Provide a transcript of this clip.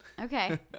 Okay